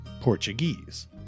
Portuguese